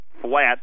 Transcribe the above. flat